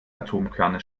atomkerne